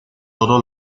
todo